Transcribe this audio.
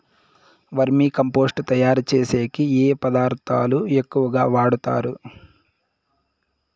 వర్మి compost తయారుచేసేకి ఏ పదార్థాలు ఎక్కువగా వాడుతారు